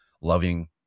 loving